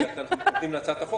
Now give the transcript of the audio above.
הציג האוצר,